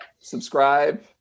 subscribe